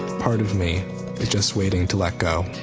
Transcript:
part of me is just waiting to let go.